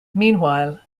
meanwhile